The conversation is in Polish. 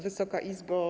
Wysoka Izbo!